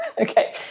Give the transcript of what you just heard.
Okay